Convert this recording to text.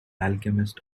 alchemist